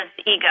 ego